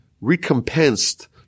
recompensed